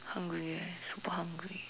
hungry eh super hungry